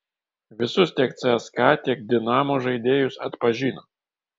visus tiek cska tiek dinamo žaidėjus atpažino